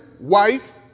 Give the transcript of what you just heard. wife